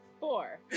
Four